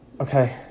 Okay